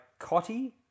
Cotty